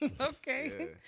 okay